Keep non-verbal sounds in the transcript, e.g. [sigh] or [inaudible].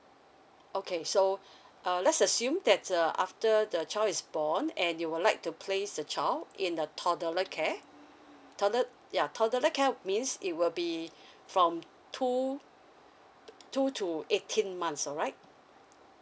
okay so [breath] uh let's assume that's uh after the child is born and you would like to place the child in a toddler care toddle ya toddler care means it will be [breath] from two two to eighteen months alright